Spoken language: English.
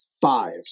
five